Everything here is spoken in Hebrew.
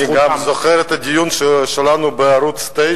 אני גם זוכר את הדיון שלנו בערוץ-9,